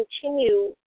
continue